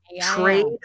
trade